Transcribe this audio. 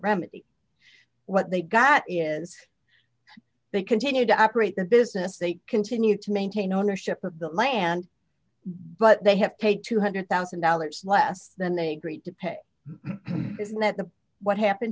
remedy what they got that is they continued to operate their business they continued to maintain ownership of the land but they have paid two hundred thousand dollars less than they agreed to pay isn't that the what happened